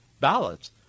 ballots